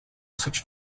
such